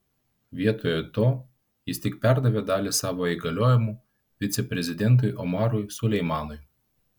vietoje to jis tik perdavė dalį savo įgaliojimų viceprezidentui omarui suleimanui